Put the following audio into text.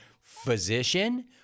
physician